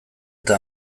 eta